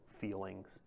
feelings